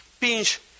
pinch